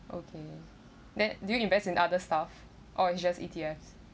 okay then do you invest in other stuff or it's just E_T_S